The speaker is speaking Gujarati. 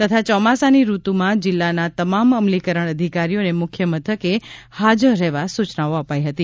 તથા ચોમાસાની ઋતુમાં જિલ્લાના તમામ અમલીકરણ અધિકારીઓને મુખ્ય મથકે હાજર રહેવા સુચનાઓ અપાઈ હતી